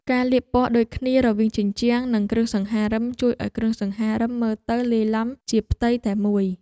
ការលាបពណ៌ដូចគ្នារវាងជញ្ជាំងនិងគ្រឿងសង្ហារិមជួយឱ្យគ្រឿងសង្ហារិមមើលទៅលាយឡំជាផ្ទៃតែមួយ។